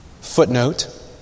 Footnote